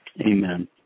Amen